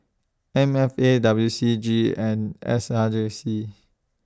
M F A W C G and S R J C